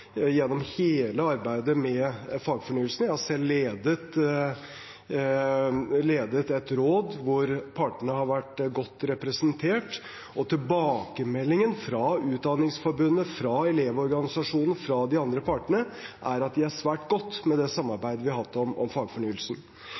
gjennom hele arbeidet med fagfornyelsen. Jeg har selv ledet et råd der partene har vært godt representert. Tilbakemeldingen fra Utdanningsforbundet, Elevorganisasjonen og de andre partene er at de er svært godt fornøyd med det